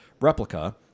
replica